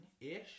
ish